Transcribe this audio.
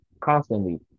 constantly